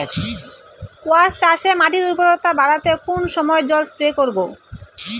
কোয়াস চাষে মাটির উর্বরতা বাড়াতে কোন সময় জল স্প্রে করব?